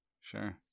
Sure